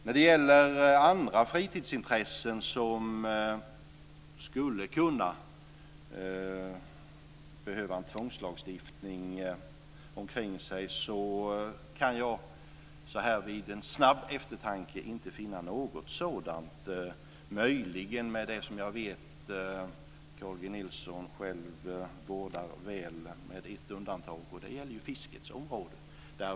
När det gäller andra fritidsintressen som skulle kunna behöva en tvångslagstiftning omkring sig kan jag så här vid en snabb eftertanke inte finna något. Möjligen skulle det vara det som jag vet att Carl G Nilsson själv vårdar väl med ett undantag, nämligen fiskets område.